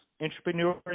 entrepreneurs